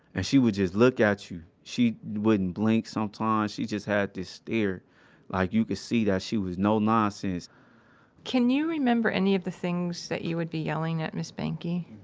and she would just look at you. she wouldn't blink sometimes. she just had this stare like you could see that she was no nonsense can you remember any of the things that you would be yelling at miss banky?